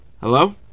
Hello